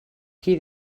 qui